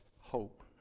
hope